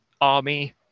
army